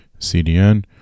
CDN